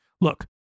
Look